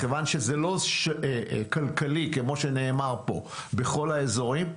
מכיוון שזה לא כלכלי כמו שנאמר פה בכל האזורים,